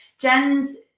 Jen's